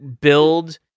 build